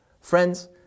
Friends